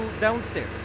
downstairs